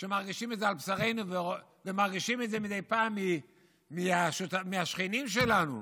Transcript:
שמרגישים את זה על בשרנו ומרגישים את זה מדי פעם מהשכנים שלנו,